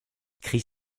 chris